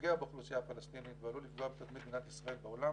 שפוגע באוכלוסייה הפלסטינית ועלול לפגוע בתדמית מדינת ישראל בעולם